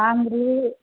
jangiri